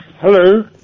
Hello